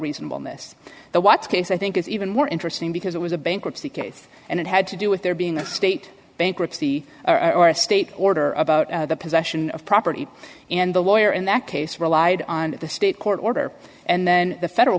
reasonableness the watch case i think is even more interesting because it was a bankruptcy case and it had to do with there being a state bankruptcy or a state order about the possession of property and the lawyer in that case relied on the state court order and then the federal